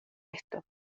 esto